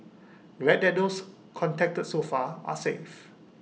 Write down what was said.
glad that those contacted so far are safe